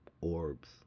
orbs